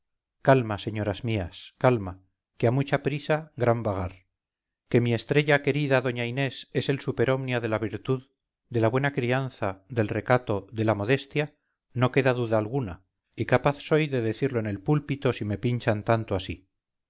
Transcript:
calma señoras mías calma que a mucha prisa gran vagar que mi estrella querida doña inés es el super omnia de la virtud de la buena crianza del recato de la modestia no queda duda alguna y capaz soy de decirlo en el púlpito si me pinchan tantoasí